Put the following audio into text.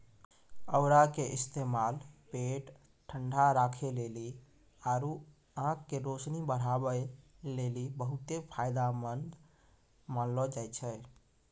औरा के इस्तेमाल पेट ठंडा राखै लेली आरु आंख के रोशनी बढ़ाबै लेली बहुते फायदामंद मानलो जाय छै